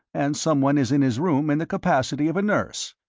and someone is in his room in the capacity of a nurse.